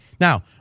Now